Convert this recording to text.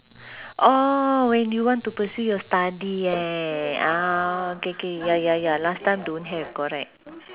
oh when you want to pursue your study eh ah K K ya ya ya last time don't have correct